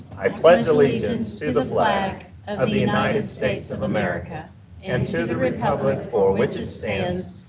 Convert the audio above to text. i pledge allegiance to the flag of the united states of america and to the republic for which it stands,